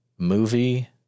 movie